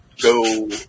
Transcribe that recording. go